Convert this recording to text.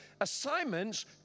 Assignments